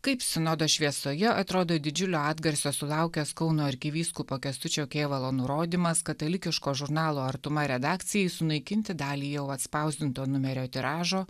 kaip sinodo šviesoje atrodo didžiulio atgarsio sulaukęs kauno arkivyskupo kęstučio kėvalo nurodymas katalikiško žurnalo artuma redakcijai sunaikinti dalį jau atspausdinto numerio tiražo